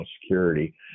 security